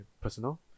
Personal